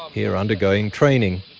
here undergoing training.